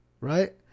Right